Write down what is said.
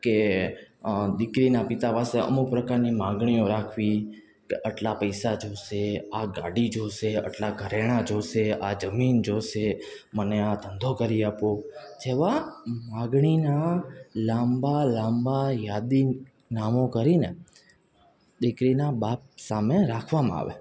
કે દીકરીના પિતા પાસે અમુક પ્રકારની માંગણીઓ રાખવી કે આટલા પૈસા જોઈશે આ ગાડી જોઈશે આટલાં ઘરેણાં જોઈશે આ જમીન જોઈશે મને આ ધંધો કરી આપો જેવા માંગણીના લાંબા લાંબા યાદી નામો કરીને દીકરીના બાપ સામે રાખવામાં આવે